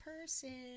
person